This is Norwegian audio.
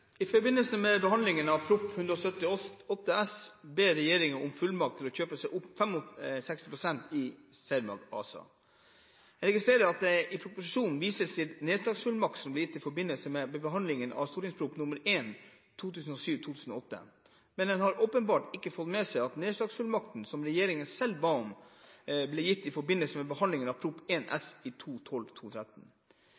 å kjøpe seg opp til 65 pst. i Cermaq ASA. Jeg registrerer at det i proposisjonen vises til nedsalgsfullmakt som ble gitt i forbindelse med behandlingen av St.prp. nr. 1 for 2007–2008, men en har åpenbart ikke fått med seg den nedsalgsfullmakten som regjeringen selv ba om, og som ble gitt, i forbindelse med behandlingen av Prop.